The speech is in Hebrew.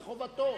זאת חובתו.